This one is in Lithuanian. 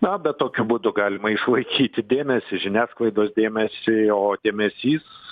na bet tokiu būdu galima išlaikyti dėmesį žiniasklaidos dėmesį o dėmesys